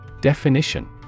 Definition